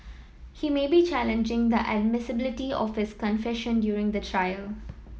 he may be challenging the admissibility of his confession during the trial